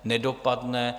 Nedopadne.